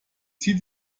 zieh